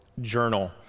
journal